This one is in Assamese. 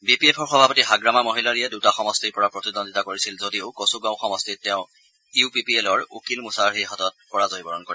বি পি এফৰ সভাপতি হাগ্ৰামা মহিলাৰীয়ে দুটা সমষ্টিৰ পৰা প্ৰতিদ্বন্দ্বিতা কৰিছিল যদিও কচুগাঁও সমষ্টিত তেওঁ ইউ পি পি এলৰ উকীল মুছাহাৰীৰ হাতত পৰাজয় বৰণ কৰে